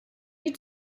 die